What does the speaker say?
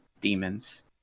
demons